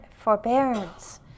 forbearance